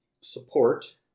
support